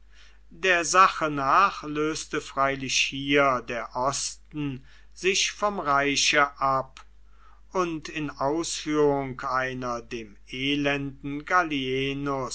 der sache nach löste freilich hier der osten sich vom reiche ab und in ausführung einer dem elenden